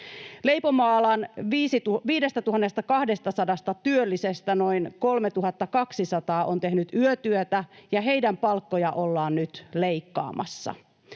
Leipomoalan 5 200 työllisestä noin 3 200 on tehnyt yötyötä, ja heidän palkkojaan ollaan nyt leikkaamassa.